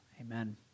Amen